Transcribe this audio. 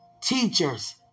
teachers